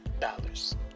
dollars